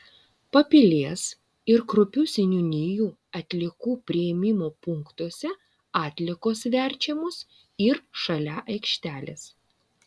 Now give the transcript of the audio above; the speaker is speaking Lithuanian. papilės ir kruopių seniūnijų atliekų priėmimo punktuose atliekos verčiamos ir šalia aikštelės